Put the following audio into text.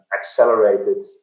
accelerated